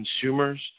consumers